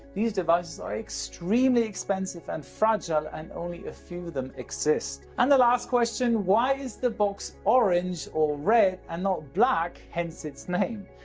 these devices are extremely expensive and fragile and only a few of them exist. and the last question why is the box orange or red and not black hence its name?